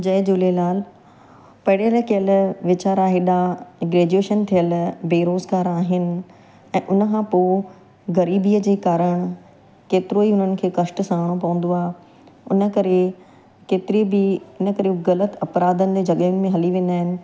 जय झूलेलाल पढ़ियल कयल विचारा एॾा ग्रेजुएशन थियल बेरोज़गार आहिनि ऐं उनखां पोइ गरीबीअ जे कारण केतिरो ई उन्हनि खे कष्ट सहिणो पवंदो आहे उन करे केतिरी बि इन करे उहे ग़लति अपराधनि जे जॻहियुनि में हली वेंदा आहिनि